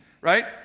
right